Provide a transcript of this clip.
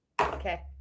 Okay